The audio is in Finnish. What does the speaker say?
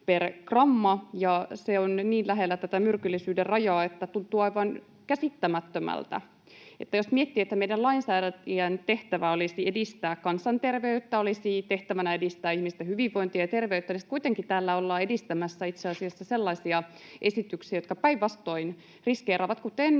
per gramma. Se on niin lähellä tätä myrkyllisyyden rajaa, että se tuntuu aivan käsittämättömältä. Jos miettii, että meidän tehtävä lainsäätäjänä olisi edistää kansanterveyttä, olisi tehtävänä edistää ihmisten hyvinvointia ja terveyttä, niin sitten kuitenkin täällä ollaan edistämässä itse asiassa sellaisia esityksiä, jotka päinvastoin riskeeraavat niitä,